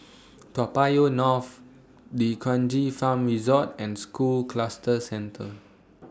Toa Payoh North D'Kranji Farm Resort and School Cluster Centre